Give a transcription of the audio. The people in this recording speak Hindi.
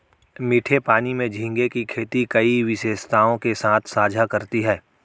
मीठे पानी में झींगे की खेती कई विशेषताओं के साथ साझा करती है